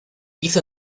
hizo